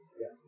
Yes